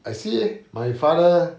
I see eh my father